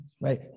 right